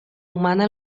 humana